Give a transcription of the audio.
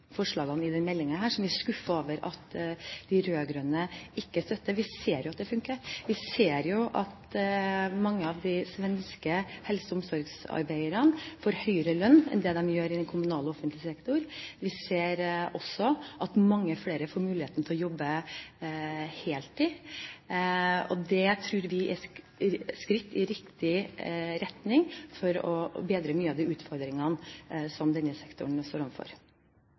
forslagene i denne innstillingen, som vi er skuffet over at de rød-grønne ikke støtter. Vi ser jo at det funker, vi ser at mange av de svenske helse- og omsorgsarbeiderne får høyere lønn enn det de gjør i den kommunale og offentlige sektor. Vi ser også at mange flere får muligheten til å jobbe heltid. Det tror vi er skritt i riktig retning for å bedre mange av de utfordringene som denne sektoren står overfor.